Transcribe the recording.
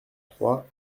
trois